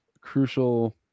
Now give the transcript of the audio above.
crucial